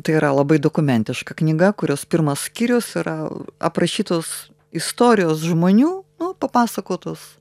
tai yra labai dokumentiška knyga kurios pirmas skyrius yra aprašytos istorijos žmonių papasakotos